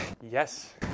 Yes